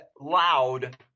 loud